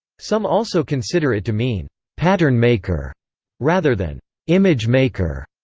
some also consider it to mean pattern maker rather than image maker,